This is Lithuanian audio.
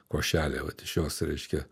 košelė vat iš jos reiškia